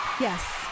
Yes